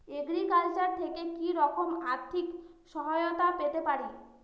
Agriculture থেকে কি রকম আর্থিক সহায়তা পেতে পারি?